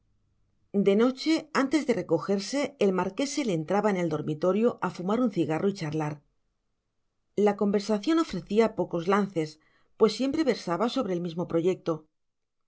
de noche antes de recogerse el marqués se le entraba en el dormitorio a fumar un cigarro y charlar la conversación ofrecía pocos lances pues siempre versaba sobre el mismo proyecto